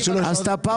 כהן עשתה פאוזה.